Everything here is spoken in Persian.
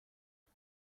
جمع